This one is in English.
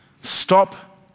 Stop